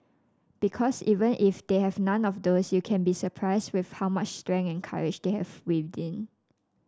because even if they have none of those you can be surprised with how much strength and courage they have within